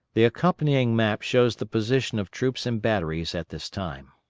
the accompanying map shows the position of troops and batteries at this time.